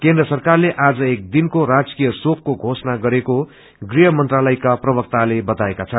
केन्द्र सरकारले आज एक दिनको राजकीय शोकको घोषणा गरेको गृश्ह मंत्रालयका प्रवक्ताले बताएका छन्